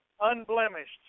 Unblemished